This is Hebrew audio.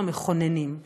קודם כול, לפתוח